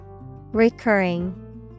Recurring